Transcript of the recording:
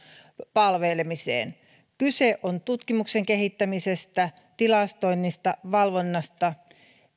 palvelemiseen kyse on tutkimuksen kehittämisestä tilastoinnista ja valvonnasta